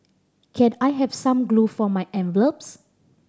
can I have some glue for my envelopes